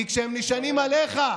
כי כשהם נשענים עליך,